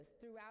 throughout